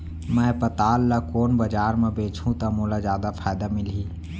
मैं पताल ल कोन बजार म बेचहुँ त मोला जादा फायदा मिलही?